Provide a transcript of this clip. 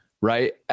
right